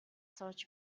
сууж